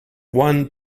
one